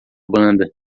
banda